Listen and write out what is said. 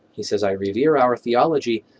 he says i revere our theology,